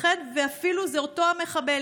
ייתכן שאפילו זה אותו מחבל,